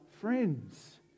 friends